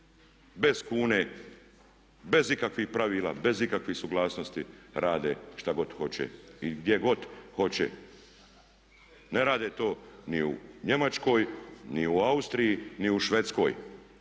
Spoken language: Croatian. bez kune, bez ikakvih pravila, bez ikakvih suglasnosti rade šta god hoće i gdje god hoće. Ne rade to ni u Njemačkoj, ni u Austriji ni u Švedskoj.